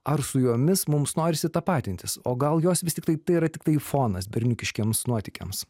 ar su jomis mums norisi tapatintis o gal jos vis tiktai tai yra tiktai fonas berniukiškiems nuotykiams